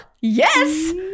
yes